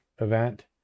event